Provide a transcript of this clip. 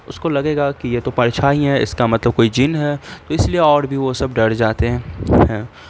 اس کو لگے گا کہ یہ تو پرچھائیں ہے اس کا مطلب کوئی جن ہے تو اس لیے اور بھی وہ سب ڈر جاتے ہیں ہیں